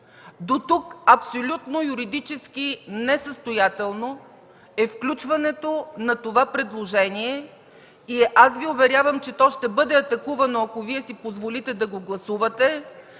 Дотук абсолютно юридически несъстоятелно е включването на това предложение и аз Ви уверявам, че то ще бъде атакувано, ако Вие си позволите да го гласувате,